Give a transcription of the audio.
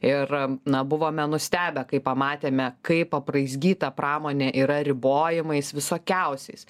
ir na buvome nustebę kai pamatėme kaip apraizgyta pramonė yra ribojimais visokiausiais